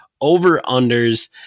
over-unders